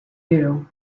you